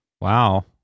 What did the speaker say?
Wow